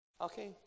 Okay